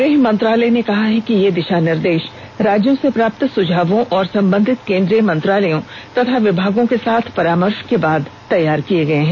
गृह मंत्रालय ने कहा है कि ये दिशा निर्देश राज्यों से प्राप्त सुझावों और संबंधित केंद्रीय मंत्रालयों तथा विभागों के साथ परामर्श के बाद तैयार किए गए हैं